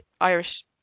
Irish